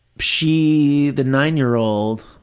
she, the nine-year-old,